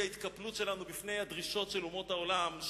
ההתקפלות שלנו בפני הדרישות של אומות העולם,